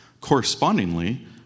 Correspondingly